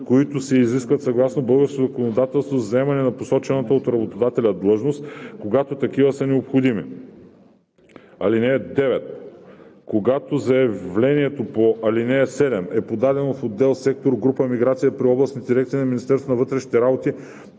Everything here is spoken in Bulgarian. които се изискват съгласно българското законодателство за заемане на посочената от работодателя длъжност, когато такива са необходими. (9) Когато заявлението по ал. 7 е подадено в отдел/сектор/група „Миграция“ при областните дирекции на Министерството на вътрешните работи,